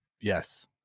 Yes